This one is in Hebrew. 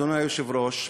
אדוני היושב-ראש,